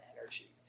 energy